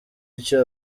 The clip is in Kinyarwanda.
icyo